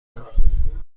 دارم